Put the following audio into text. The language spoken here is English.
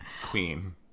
Queen